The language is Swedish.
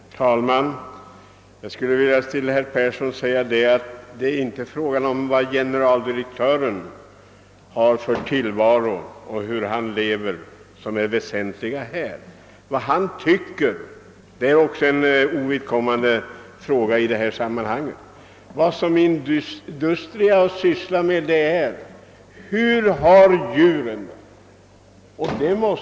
Herr talman! Jag vill till" herr Persson i Skänninge säga att: det väsentliga i detta sammanhang inte är vad generaldirektören har för tillvaro och hur han lever. Vad han tycker är också ovidkommande i detta sammanhang. Vad Industria sysslade med var frågan: Hur har djuren det?